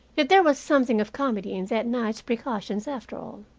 yet, there was something of comedy in that night's precautions, after all.